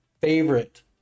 favorite